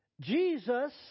Jesus